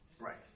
Right